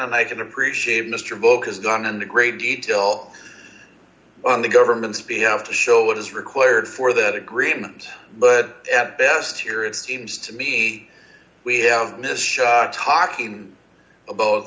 and i can appreciate mr bouck has gone into great detail on the government's be able to show what is required for that agreement but at best here it seems to me we have this shot talking about